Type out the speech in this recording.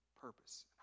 purpose